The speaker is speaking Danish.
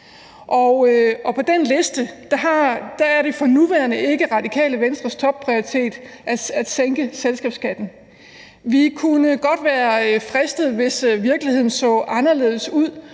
på den liste er det for nuværende ikke Radikale Venstres topprioritet at sænke selskabsskatten. Vi kunne godt være fristet, hvis virkeligheden så anderledes ud,